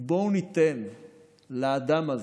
ולאדם הזה,